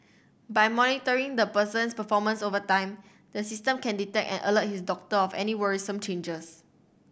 by monitoring the person's performance over time the system can detect and alert his doctor of any worrisome changes